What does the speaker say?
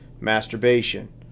masturbation